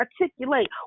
articulate